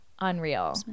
unreal